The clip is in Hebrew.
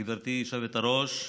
גברתי היושבת-ראש,